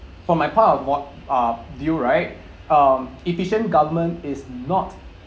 for my point of uh view right um efficient government is not